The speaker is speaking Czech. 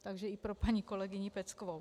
Takže i pro paní kolegyni Peckovou.